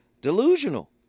delusional